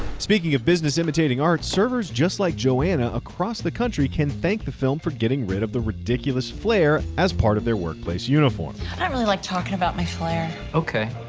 speaking of business imitating art. servers just like joanna across the country can thank the film for getting rid of the ridiculous flair as part of their work place uniform. i don't really like talking about my flair. okay.